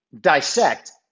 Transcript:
dissect